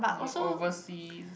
okay oversea